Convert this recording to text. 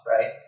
right